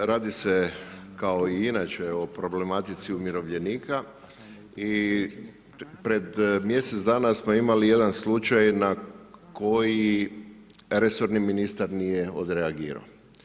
Radi se kao i inače o problematici umirovljenika i pred mjesec dana smo imali jedan slučaj na koji resorni ministar nije odreagirao.